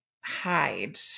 hide